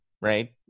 right